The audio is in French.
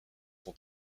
son